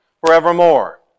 forevermore